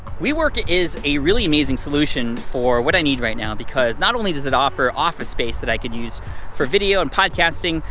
wework is a really amazing solution for what i need right now because not only does it offer office space that i can use for video and podcasting,